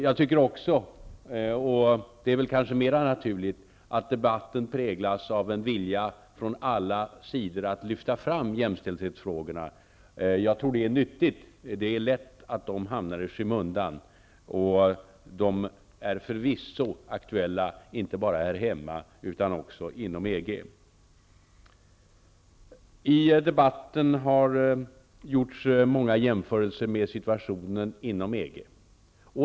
Jag tycker också -- och det är kanske mera naturligt -- att debatten präglas av en vilja från alla sidor att lyfta fram jämställdhetsfrågorna. Jag tror att det är nyttigt. Det är lätt att de hamnar i skymundan, och de är förvisso aktuella inte bara här hemma utan också inom EG. Det har i debatten gjorts många jämförelser med situationen inom EG.